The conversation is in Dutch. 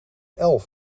elf